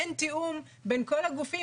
אין תיאום בין כל הגופים,